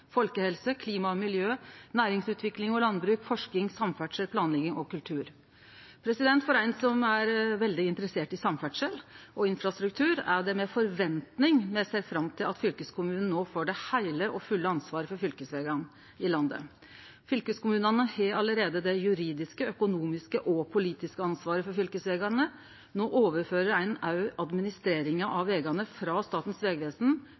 folkehelse, klima og miljø, næringsutvikling, landbruk, forsking, samferdsle, planlegging og kultur. For ein som er veldig interessert i samferdsle og infrastruktur, er det med forventing me ser fram til at fylkeskommunen no får det heile og fulle ansvaret for fylkesvegane i landet. Fylkeskommunane har allereie det juridiske, økonomiske og politiske ansvaret for fylkesvegane. No overfører ein òg administreringa av vegane frå Statens vegvesen